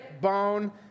bone